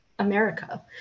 America